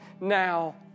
now